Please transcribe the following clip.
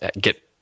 get